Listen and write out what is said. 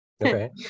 Okay